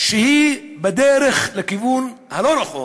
שהיא בדרך לכיוון הלא-נכון,